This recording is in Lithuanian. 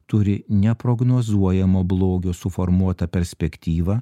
turi neprognozuojamo blogio suformuotą perspektyvą